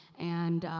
and